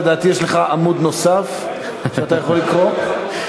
לדעתי יש לך עמוד נוסף שאתה יכול לקרוא.